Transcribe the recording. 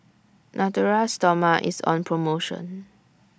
Natura Stoma IS on promotion